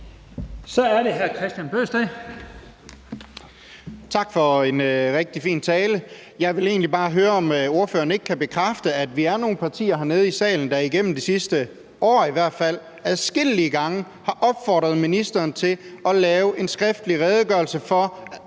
Kl. 10:28 Kristian Bøgsted (DD): Tak for en rigtig fin tale. Jeg vil egentlig bare høre, om ordføreren ikke kan bekræfte, at vi er nogle partier hernede i salen, der igennem i hvert fald det sidste år adskillige gange har opfordret ministeren til at lave en skriftlig redegørelse for